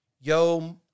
Yo